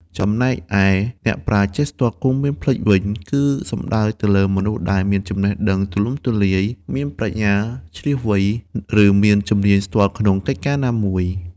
ចំណែកឯ អ្នកប្រាជ្ញចេះស្ទាត់គង់មានភ្លេច វិញ គឺសំដៅទៅលើមនុស្សដែលមានចំណេះដឹងទូលំទូលាយ មានប្រាជ្ញាឈ្លាសវៃ ឬមានជំនាញស្ទាត់ក្នុងកិច្ចការណាមួយ។